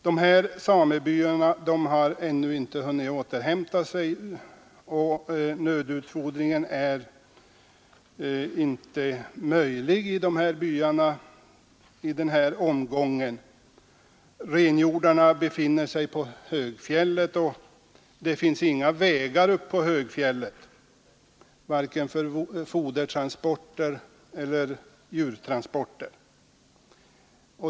Dessa samebyar har ännu inte hunnit återhämta sig, och nödutfodring i dessa byar är i denna omgång inte möjlig; renhjordarna befinner sig på högfjället, och det finns inga vägar där vare sig för fodertransporter eller djurtransporter.